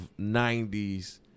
90s